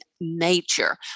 nature